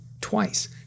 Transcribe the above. Twice